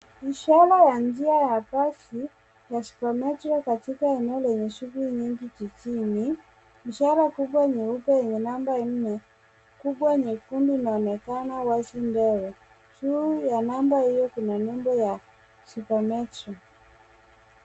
Mshale ya njia ya basi ya supermetro katika eneo lenye shughuli nyingi jijini. Ishara kubwa nyeupe yenye namba nne kubwa nyekundu inaonekana wazi mbele . Juu ya namba hiyo kuna nembo ya supermetro .